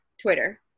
Twitter